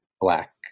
black